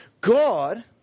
God